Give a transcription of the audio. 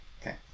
Okay